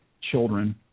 children